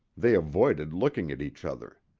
they avoided looking at each other.